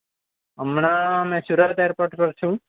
હમણાં મેં સુરત એરપોર્ટ પર છું